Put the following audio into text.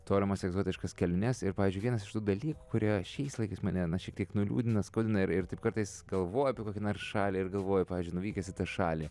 tolimas egzotiškas keliones ir pavyzdžiui vienas iš tų dalykų kurie šiais laikais mane šiek tiek nuliūdina skaudina ir ir taip kartais galvoju apie kokią nors šalį ir galvoju pavyzdžiui nuvykęs į tą šalį